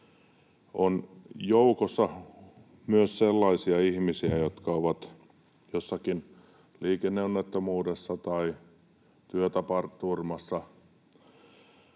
— joukossa myös sellaisia ihmisiä, jotka ovat jossakin liikenneonnettomuudessa tai työtapaturmassa